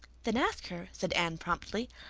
then ask her, said anne promptly.